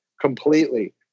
completely